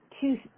two